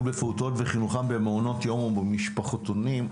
בפעוטות וחינוכם במעונות יום ומשפחתונים,